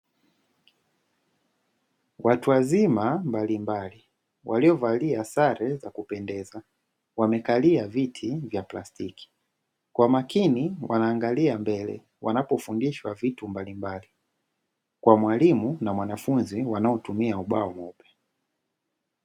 Watu wazima mbalimbali, walio valia sare za kupendeza wamekalia viti vya plastiki, kwa makini wanaangalia mbele wanapo fundishwa vitu mbalimbali kwa mwalimu na mwanafunzi wanao tumia ubao mweupe